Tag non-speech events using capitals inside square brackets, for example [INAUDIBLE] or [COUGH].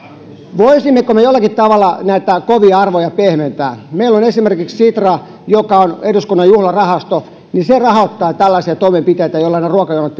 voisimmeko me jollakin tavalla näitä kovia arvoja pehmentää meillä on esimerkiksi sitra joka on eduskunnan juhlarahasto se rahoittaa tällaisia toimenpiteitä joilla ne ruokajonot [UNINTELLIGIBLE]